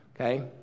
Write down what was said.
Okay